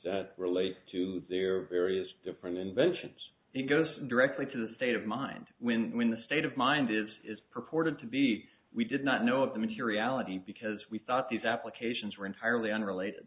relate to their various different inventions it goes directly to the state of mind when when the state of mind is purported to be we did not know of the materiality because we thought these applications were entirely unrelated